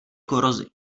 korozi